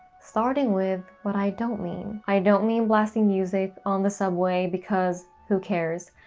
starting with, what i don't mean. i don't mean blasting music on the subway because who cares,